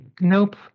nope